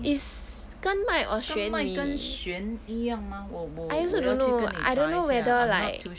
is 耕麦 or 玄米 I also don't know I don't know whether like